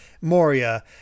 moria